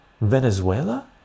Venezuela